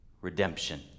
redemption